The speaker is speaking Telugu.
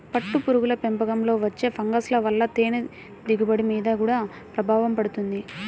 పట్టుపురుగుల పెంపకంలో వచ్చే ఫంగస్ల వలన తేనె దిగుబడి మీద గూడా ప్రభావం పడుతుంది